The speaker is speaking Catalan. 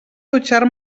dutxar